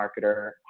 marketer